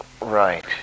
Right